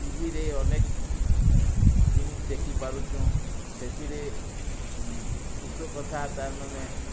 ଟିଭିରେ ଅନେକ ଜିନିଷ୍ ଦେଖି ପାରୁଛୁଁ ସେଥିରେ ଉଷ କଷା ତା'ର୍ ମାନେ